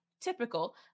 typical